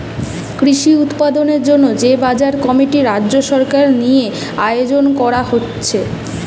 কৃষি উৎপাদনের জন্যে যে বাজার কমিটি রাজ্য সরকার দিয়ে আয়জন কোরা থাকছে